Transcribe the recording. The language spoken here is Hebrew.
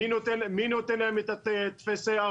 מי נותן להם את טופס 4